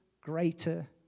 greater